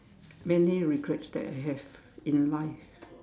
many regrets that I have in life